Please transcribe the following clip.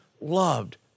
loved